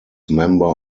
member